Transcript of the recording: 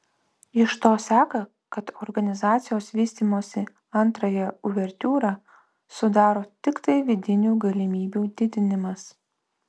iš to seka kad organizacijos vystymosi antrąją uvertiūrą sudaro tiktai vidinių galimybių didinimas